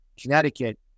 Connecticut